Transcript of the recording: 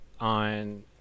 on